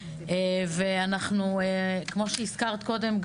ואנחנו כמו שהזכרת קודם,